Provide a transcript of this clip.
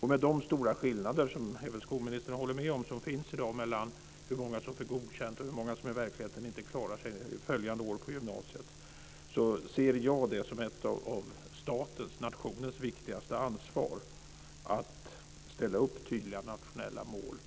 Med de stora skillnader som även skolministern håller med om finns i dag mellan hur många som får godkänt och hur många som i verkligheten inte klarar sig följande år på gymnasiet ser jag det som ett av nationens viktigaste ansvar att ställa upp tydliga nationella mål.